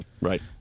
Right